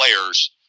players